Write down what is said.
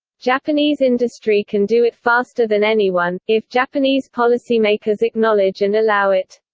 japanese industry can do it faster than anyone if japanese policymakers acknowledge and allow it.